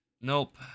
Nope